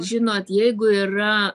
žinot jeigu yra